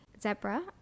zebra